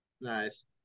Nice